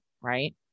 Right